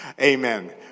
Amen